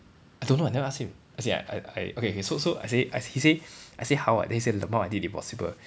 I don't know I never ask him as in I I I okay K so so I say he say I say how right then he said LMAO I did the impossible